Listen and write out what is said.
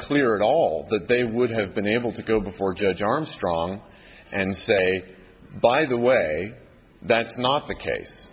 clear at all that they would have been able to go before judge armstrong and say by the way that's not the case